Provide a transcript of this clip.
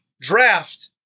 draft